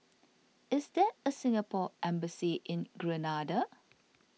is there a Singapore Embassy in Grenada